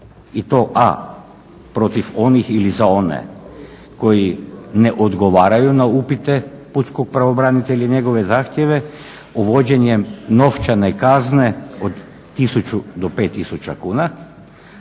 i to: a)protiv onih ili za one koji ne odgovaraju na upite pučkog pravobranitelja i njegove zahtjeve uvođenjem novčane kazne od 1000 do 5000 kuna